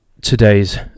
today's